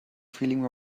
feeling